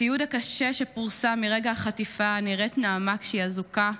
בתיעוד הקשה שפורסם מרגע החטיפה נראית נעמה כשהיא אזוקה,